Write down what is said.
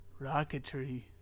Rocketry